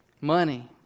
Money